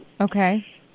Okay